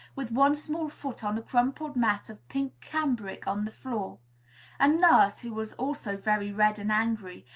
with one small foot on a crumpled mass of pink cambric on the floor and nurse, who was also very red and angry,